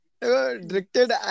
Directed